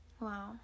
Wow